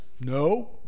no